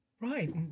Right